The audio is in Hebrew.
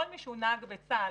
כל מי שהוא נהג בצה"ל,